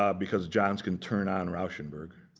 um because johns can turn on rauschenberg.